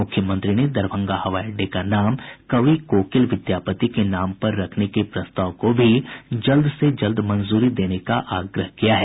मुख्यमंत्री ने दरभंगा हवाई अड्डे का नाम कवि कोकिल विद्यापति के नाम पर रखने के प्रस्ताव को भी जल्द से जल्द मंजूरी देने का आग्रह किया है